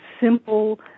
simple